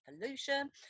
pollution